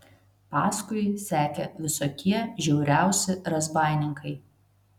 paskui sekė visokie žiauriausi razbaininkai